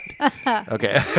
okay